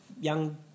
young